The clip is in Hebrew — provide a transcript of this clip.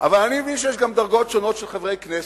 אבל אני מבין שיש גם דרגות שונות של חברי כנסת,